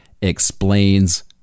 explains